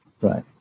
Right